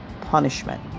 punishment